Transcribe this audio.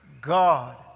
God